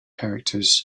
characters